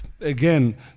again